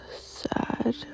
sad